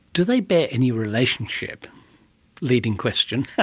do they bear any relationship leading question!